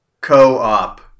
co-op